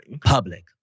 Public